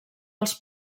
els